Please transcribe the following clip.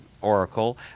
Oracle